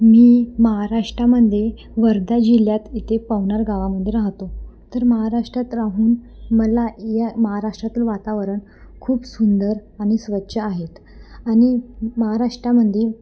मी महाराष्ट्रामध्ये वर्धा जिल्ह्यात इथे पवनार गावामध्ये राहतो तर महाराष्ट्रात राहून मला या महाराष्ट्रातलं वातावरण खूप सुंदर आणि स्वच्छ आहेत आणि महाराष्ट्रामध्ये